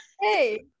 Hey